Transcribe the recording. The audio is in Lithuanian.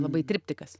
labai triptikas